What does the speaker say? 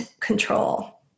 control